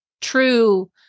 true